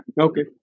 Okay